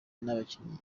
n’abakinnyi